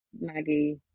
Maggie